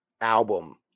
album